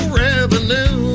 revenue